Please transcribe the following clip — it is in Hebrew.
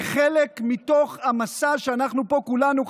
כחלק מתוך המסע שאנחנו פה כולנו,